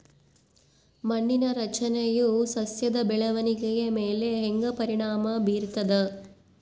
ಮಣ್ಣಿನ ರಚನೆಯು ಸಸ್ಯದ ಬೆಳವಣಿಗೆಯ ಮೇಲೆ ಹೆಂಗ ಪರಿಣಾಮ ಬೇರ್ತದ?